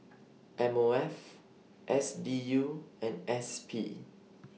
M O F S D U and S P